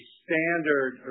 standard